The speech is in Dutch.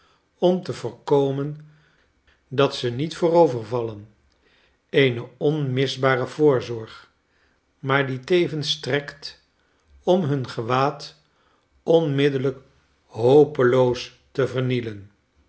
ora te voorkomen dat ze niet voorovervallen eene onmisbare voorzorg maar die tevensstrekt om hun gewaad onmiddellijk hopeloos te vernielen